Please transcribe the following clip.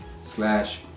slash